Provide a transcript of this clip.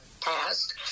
past